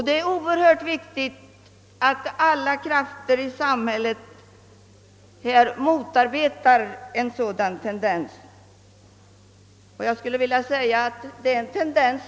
Det är mycket viktigt att alla krafter i samhället motarbetar en dylik tendens.